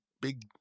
big